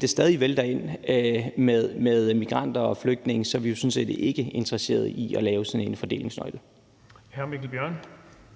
det stadig vælter ind med migranter og flygtninge, så er vi jo sådan set ikke interesseret i at lave sådan en fordelingsnøgle. Kl. 19:29 Den